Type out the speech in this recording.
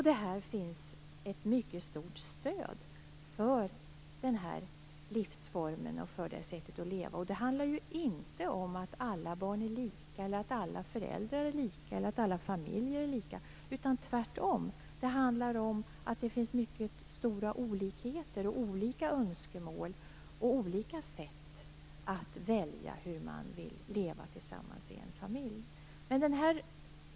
Det finns ett mycket stort stöd för den här livsformen, det här sättet att leva. Det handlar inte om att alla barn, alla föräldrar eller alla familjer är lika. Tvärtom handlar det om att det finns mycket stora olikheter. Det finns olika önskemål och olika sätt att välja hur man vill leva tillsammans i en familj.